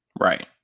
Right